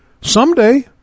someday